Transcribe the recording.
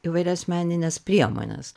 įvairias menines priemones